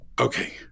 okay